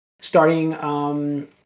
starting